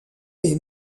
est